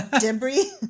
Debris